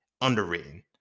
underwritten